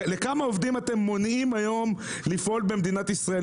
מכמה עובדים את מונעים היום לפעול במדינת ישראל?